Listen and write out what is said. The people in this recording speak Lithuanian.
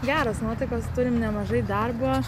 geros nuotaikos turim nemažai darbo